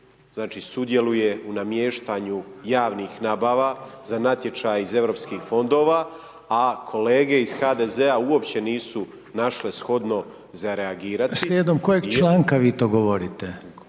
znači sudjeluje u namještanju javnih nabava za natječaj iz EU fondova a kolege iz HDZ-a uopće nisu našle shodno za reagirati. **Reiner, Željko (HDZ)** Slijedom kojeg članka vi to govorite?